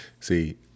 See